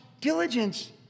diligence